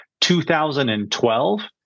2012